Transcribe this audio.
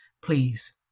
please